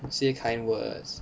say kind words